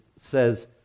says